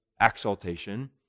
exaltation